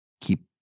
keep